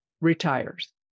retires